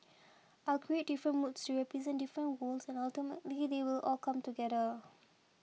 I'll create different moods to represent different worlds and ultimately they will all come together